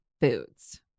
foods